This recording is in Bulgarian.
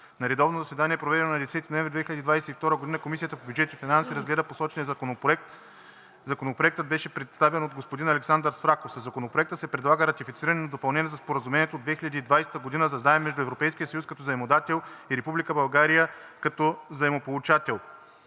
На редовно заседание, проведено на 10 ноември 2022 г., Комисията по бюджет и финанси разгледа посочения законопроект. Законопроектът беше представен от господин Александър Свраков. Със Законопроекта се предлага ратифицирането на Допълнение на Споразумението от 2020 г. за заем между Европейския съюз като заемодател и Република България като заемополучател.